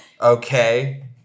Okay